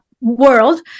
world